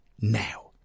now